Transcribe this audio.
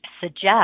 suggest